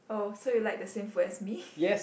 oh so you like the same food as me